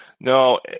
No